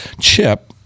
chip